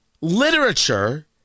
literature